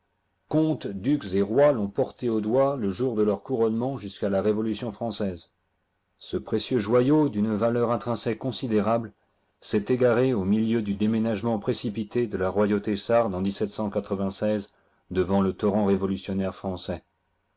comtes ducs et rois l'on porté au doigt le jour de leur couronnement jusqu'à la révolution française ce précieux joyau d'une valeur intrinsèque considérable s'est égaré au milieu du déménagement précipité de la royauté sarde en devant le torrent révolutionnaire français